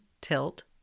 tilt